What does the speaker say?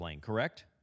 correct